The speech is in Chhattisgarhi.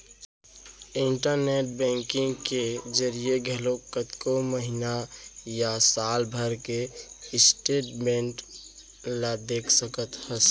इंटरनेट बेंकिंग के जरिए घलौक कतको महिना या साल भर के स्टेटमेंट ल देख सकत हस